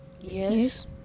Yes